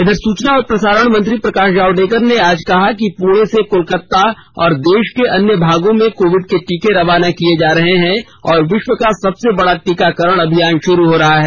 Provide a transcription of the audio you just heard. इधर सूचना और प्रसारण मंत्री प्रकाश जावडेकर ने आज कहा कि पुणे से कोलकाता और देश के अन्य भागों में कोविड के टीके रवाना किए जा रहे हैं और विश्व का सबसे बड़ा टीकाकरण अभियान शुरू हो रहा है